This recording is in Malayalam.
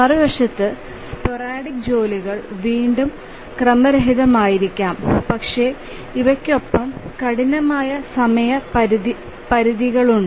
മറുവശത്ത് സ്പോറാഡിക് ജോലികൾ വീണ്ടും ക്രമരഹിതമായിരിക്കാം പക്ഷേ ഇവയ്ക്കൊപ്പം കഠിനമായ സമയപരിധികളുണ്ട്